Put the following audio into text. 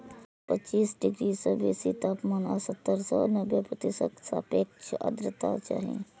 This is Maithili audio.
पच्चीस डिग्री सं बेसी तापमान आ सत्तर सं नब्बे प्रतिशत सापेक्ष आर्द्रता चाही